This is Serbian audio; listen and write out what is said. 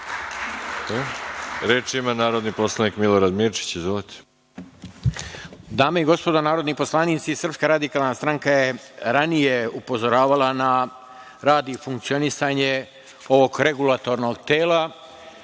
ima narodni poslanik Milorad Mirčić. Izvolite. **Milorad Mirčić** Dame i gospodo narodni poslanici, Srpska radikalna stranka je ranije upozoravala na rad i funkcionisanje ovog regulatornog tela